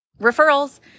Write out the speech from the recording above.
referrals